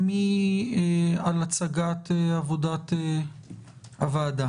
מי מופקד על הצגת עבודת הוועדה?